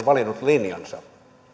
valinnut linjansa